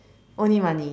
only money